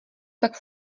tak